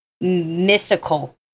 mythical